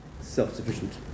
self-sufficient